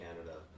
Canada